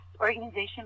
organization